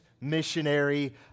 missionary